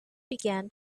began